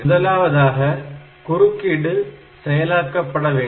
முதலாவதாக குறுக்கீடு செயலாக்கப்பட வேண்டும்